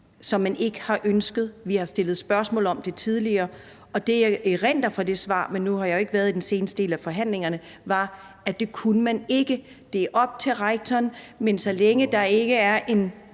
som man ikke har ønsket, og vi har stillet spørgsmål om det tidligere, og det, jeg erindrer fra det svar – men nu har jeg jo ikke været med i den seneste del af forhandlingerne – er, at det kunne man ikke. Det er op til rektoren, men så længe der ikke er en